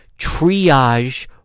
triage